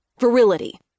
Virility